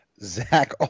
Zach